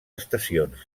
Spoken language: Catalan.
estacions